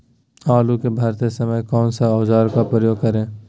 आलू को भरते समय कौन सा औजार का प्रयोग करें?